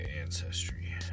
ancestry